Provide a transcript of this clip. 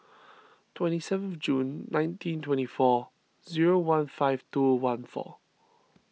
twenty seven June nineteen twenty four zero one five two one four